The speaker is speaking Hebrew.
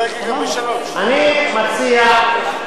אני קורא אותך לסדר פעם שנייה.